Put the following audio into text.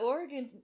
Oregon